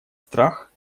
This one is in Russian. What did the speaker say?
страх